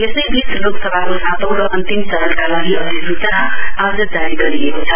यसैबीच लोकसभाको सातौं र अन्तिमचरणका लागि अधिसूचना आज जारी गरिएको छ